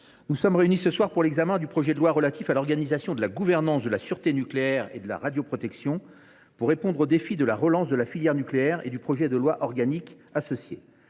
nous sommes réunis aujourd’hui pour examiner le projet de loi relatif à l’organisation de la gouvernance de la sûreté nucléaire et de la radioprotection, afin de répondre au défi de la relance de la filière nucléaire et du projet de loi organique associé.